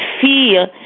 fear